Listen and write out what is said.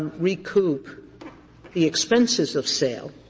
recoup the expenses of sale,